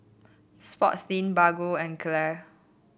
Sportslink Bargo and Gelare